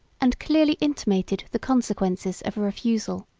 and clearly intimated the consequences of a refusal.